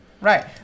Right